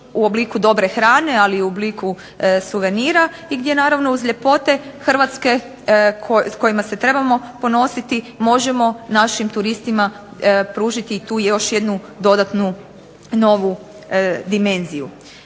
u obliku dobre hrane, ali i u obliku suvenira. I gdje naravno uz ljepote Hrvatske s kojima se trebamo ponositi možemo našim turistima pružiti i tu još jednu dodatnu novu dimenziju.